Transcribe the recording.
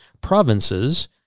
provinces